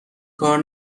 کار